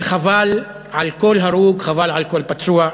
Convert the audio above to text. וחבל על כל הרוג, חבל על כל פצוע.